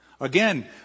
Again